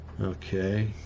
Okay